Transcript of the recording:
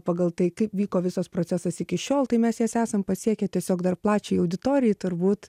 pagal tai kaip vyko visas procesas iki šiol tai mes jas esam pasiekę tiesiog dar plačiajai auditorijai turbūt